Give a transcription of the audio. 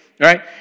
Right